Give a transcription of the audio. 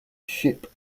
ship